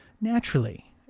naturally